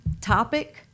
topic